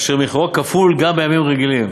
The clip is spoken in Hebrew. אשר מחירו כפול גם בימים רגילים.